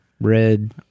red